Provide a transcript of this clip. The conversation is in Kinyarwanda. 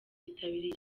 yitabiriye